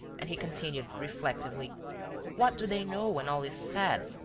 and he continued, reflectively what do they know, when all is said?